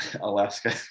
Alaska